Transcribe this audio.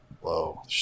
Whoa